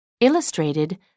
Illustrated